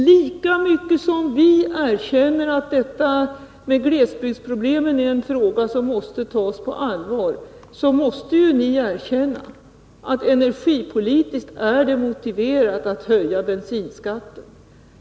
Lika mycket som vi erkänner att glesbygdsproblemet är något som måste tas på allvar, måste ni erkänna att det är energipolitiskt motiverat att höja bensinskatten.